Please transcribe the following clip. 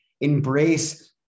embrace